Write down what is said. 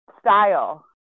style